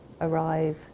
arrive